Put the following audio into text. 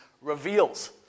reveals